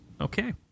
Okay